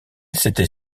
s’était